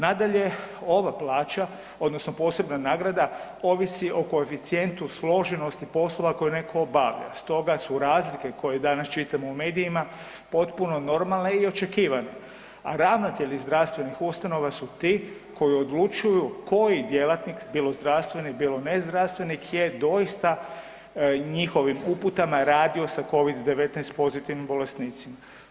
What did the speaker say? Nadalje, ova plaća odnosno posebna nagrada ovisi o koeficijentu složenosti poslova koje netko obavlja stoga su razlike koje danas čitamo u medijima, potpuno normalne i očekivane a ravnatelji zdravstvenih ustanova su ti koji odlučuju koji djelatnik, bilo zdravstveni, bilo nezdravstveni je doista njihovim uputama radio sa COVID-19 pozitivnim bolesnicima.